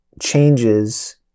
changes